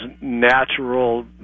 natural